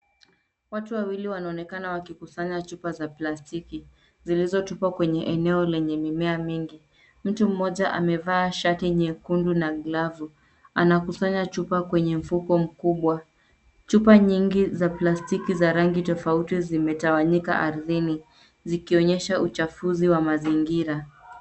Watu wawili wanaonekana wakikusanya chupa za plastiki zilizotupwa kwenye eneo lenye mimea mingi. Mtu mmoja amevaa shati nyekundu na glavu. Anakusanya chupa kwenye mfuko mkubwa. Chupa nyingi za plastiki za rangi tofauti vimetawanyika ardhini zikionyesha uchafuzi wa mazingira.